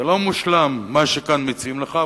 זה לא מושלם מה שכאן מציעים לך,